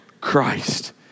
Christ